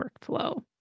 workflow